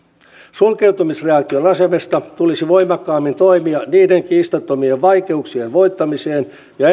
sulkeutumisreaktion asemesta tulisi voimakkaammin toimia niiden kiistattomien vaikeuksien voittamiseksi ja